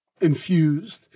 infused